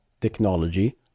technology